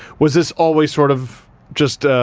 was this always sort of just.